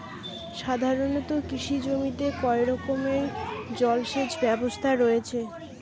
সাধারণত কৃষি জমিতে কয় রকমের জল সেচ ব্যবস্থা রয়েছে?